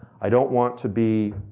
i don't want to be,